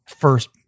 first